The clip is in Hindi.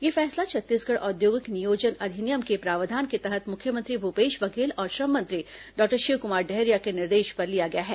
यह फैसला छत्तीसगढ़ औद्योगिक नियोजन अधिनियम के प्रावधान के तहत मुख्यमंत्री भूपेश बघेल और श्रम मंत्री डॉक्टर शिव कुमार डहरिया के निर्देश पर लिया गया है